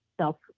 self